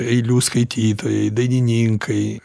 eilių skaitytojai dainininkai